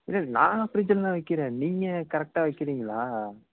இல்லை நான் ஃப்ரிட்ஜிலெலாம் வைக்கிறேன் நீங்கள் கரெக்டாக வைக்கிறீங்களா